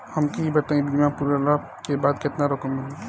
हमके ई बताईं बीमा पुरला के बाद केतना रकम मिली?